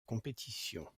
compétition